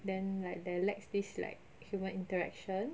then like there lacks this like human interaction